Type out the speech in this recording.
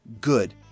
Good